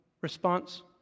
response